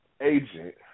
agent